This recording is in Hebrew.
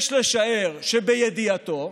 יש לשער שבידיעתו,